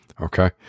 okay